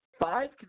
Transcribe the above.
Five